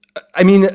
i mean,